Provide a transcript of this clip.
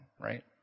right